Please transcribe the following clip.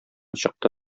чыкты